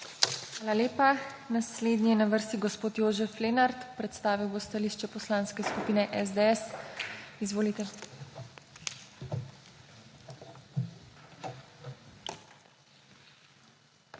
Hvala lepa. Naslednji je na vrsti gospod Jožef Lenart. Predstavil bo stališče Poslanske skupine SDS. Izvolite. **JOŽEF